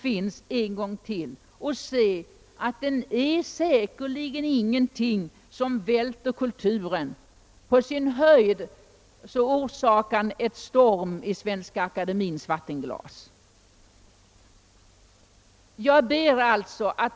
Man skall då säkerligen finna att den inte innehåller några förslag som kommer att välta kulturen — på sin höjd kommer det att förorsaka en storm i Svenska akademins vattenglas.